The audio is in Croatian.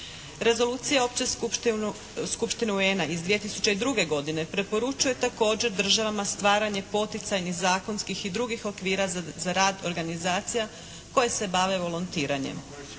Rezolucija Općine skupštine UN-a iz 2002. godine preporučuje također državama stvaranje poticajnih zakonskih i drugih okvira za rad organizacija koje se bave volontiranjem.